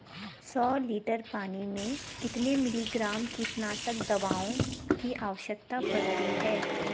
सौ लीटर पानी में कितने मिलीग्राम कीटनाशक दवाओं की आवश्यकता पड़ती है?